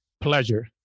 pleasure